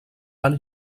van